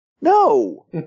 No